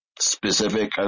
Specific